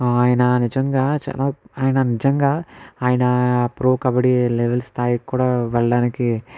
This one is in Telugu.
ఆయన నిజంగా చాలా ఆయన నిజంగా ఆయన ప్రో కబడ్డీ లెవెల్ స్థాయికి కూడా వెళ్ళడానికి